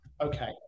Okay